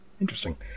Interesting